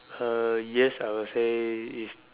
uh yes I will say it's